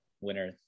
winner